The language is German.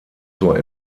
zur